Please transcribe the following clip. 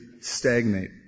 stagnate